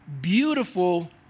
beautiful